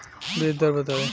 बीज दर बताई?